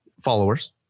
followers